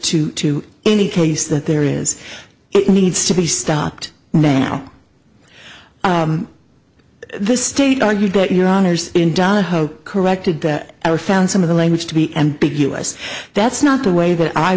to to any case that there is it needs to be stopped now this state argued that your honour's in donahoe corrected the error found some of the language to be ambiguous that's not the way that i